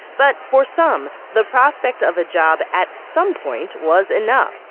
but for some, the prospect of job at some point was enough.